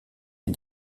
les